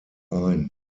ein